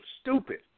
stupid